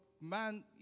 man